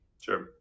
sure